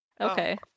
okay